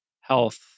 health